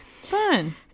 fun